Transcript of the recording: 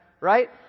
Right